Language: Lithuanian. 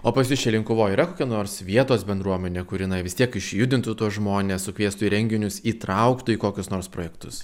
o pas jus čia linkuvoj yra nors vietos bendruomenė kuri na vis tiek išjudintų tuos žmones sukviestų į renginius įtrauktų į kokius nors projektus